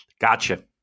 gotcha